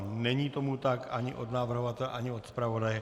Není tomu tak ani od navrhovatele, ani od zpravodaje.